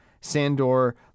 Sandor